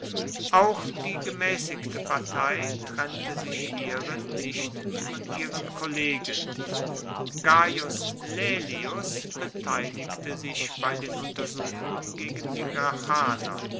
auch die gemäßigte partei trennte sich hierin nicht von ihren kollegen gaius laelius beteiligte sich bei den untersuchungen gegen die